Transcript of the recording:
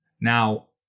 Now